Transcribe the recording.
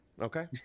okay